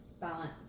balance